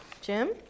Jim